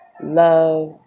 love